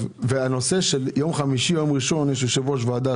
הנושא של ימי חמישי וראשון יושב-ראש הוועדה